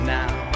now